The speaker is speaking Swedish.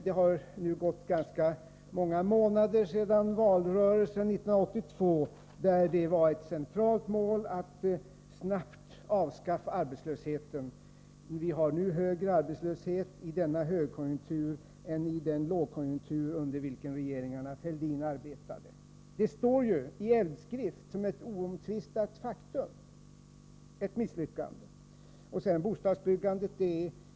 Det har nu gått ganska många månader sedan valrörelsen 1982, där det var ett centralt mål att snabbt avskaffa arbetslösheten. Vi har nu högre arbetslöshet i denna högkonjunktur än i den lågkonjunktur under vilken regeringarna Fälldin arbetade. Det står nu i eldskrift som ett oomtvistat faktum att det gäller ett misslyckande. Sedan till bostadsbyggandet.